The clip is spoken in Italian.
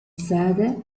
sede